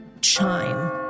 chime